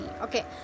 okay